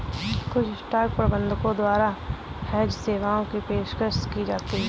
कुछ स्टॉक प्रबंधकों द्वारा हेज सेवाओं की पेशकश की जाती हैं